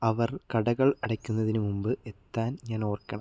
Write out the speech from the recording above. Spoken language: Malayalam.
അവർ കടകൾ അടയ്ക്കുന്നതിന് മുമ്പ് എത്താൻ ഞാൻ ഓർക്കണം